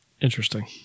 Interesting